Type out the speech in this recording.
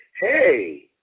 Hey